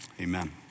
amen